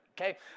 okay